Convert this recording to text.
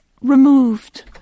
removed